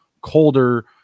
colder